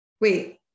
Wait